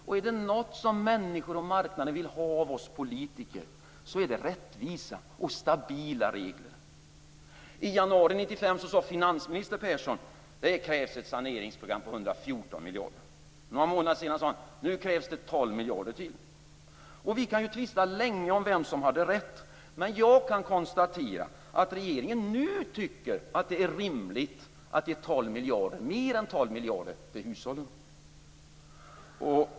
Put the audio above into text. Är det något som människor och marknaden vill ha av oss politiker så är det rättvisa och stabila regler. I januari 1995 sade finansminister Persson att det krävdes ett saneringsprogram på 114 miljarder. Några månader senare sade han att det krävdes 12 miljarder till. Vi kan tvista länge om vem som hade rätt, men jag konstaterar att regeringen nu tycker att det är rimligt att ge mer än 12 miljarder till hushållen.